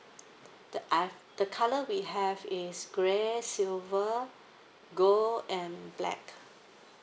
the I the colour we have is grey silver gold and black